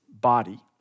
body